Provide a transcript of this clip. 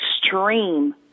extreme